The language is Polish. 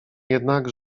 jednak